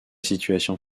situation